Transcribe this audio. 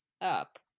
up